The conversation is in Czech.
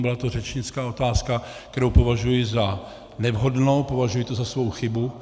Byla to řečnická otázka, kterou považuji za nevhodnou, považuji to za svou chybu.